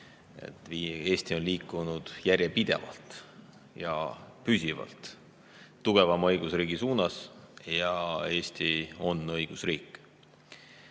Eesti on liikunud järjepidevalt ja püsivalt tugevama õigusriigi suunas ja Eesti on õigusriik.